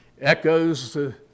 Echoes